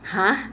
!huh!